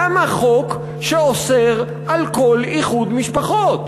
למה חוק שאוסר כל איחוד משפחות?